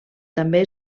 també